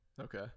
Okay